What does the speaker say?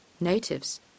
Natives